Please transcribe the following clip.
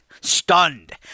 stunned